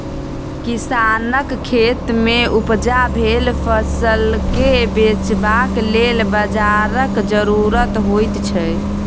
किसानक खेतमे उपजा भेल फसलकेँ बेचबाक लेल बाजारक जरुरत होइत छै